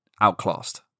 outclassed